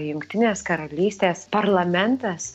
jungtinės karalystės parlamentas